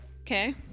okay